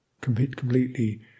completely